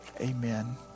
Amen